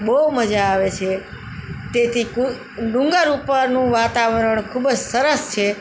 બહુ મજા આવે છે તેથી કુ ડુંગર ઉપરનું વાતાવરણ ખૂબ જ સરસ છે